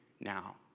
now